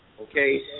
okay